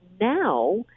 now